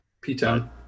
P-Town